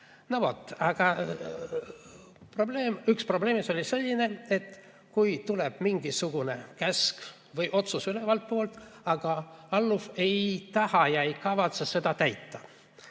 No vot. Üks probleem oli selline, et kui tuleb mingisugune käsk või otsus ülevaltpoolt, aga alluv ei taha ja ei kavatse seda täita,